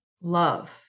love